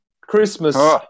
Christmas